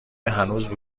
هنوز